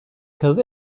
kazı